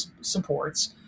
supports